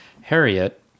Harriet